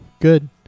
good